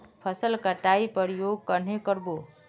फसल कटाई प्रयोग कन्हे कर बो?